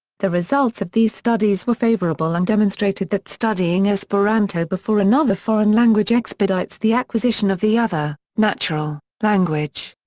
the results of these studies were favorable and demonstrated that studying esperanto before another foreign language expedites the acquisition of the other, natural, language.